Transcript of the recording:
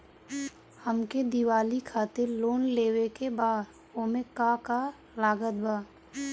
हमके दिवाली खातिर लोन लेवे के बा ओमे का का लागत बा?